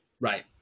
Right